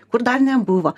kur dar nebuvo